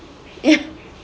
ya